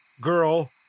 girl